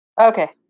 Okay